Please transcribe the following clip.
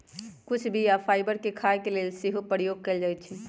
कुछ बीया फाइबर के खाय के लेल सेहो प्रयोग कयल जाइ छइ